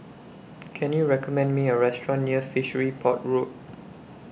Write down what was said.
Can YOU recommend Me A Restaurant near Fishery Port Road